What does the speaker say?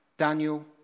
Daniel